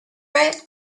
red